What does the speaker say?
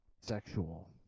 sexual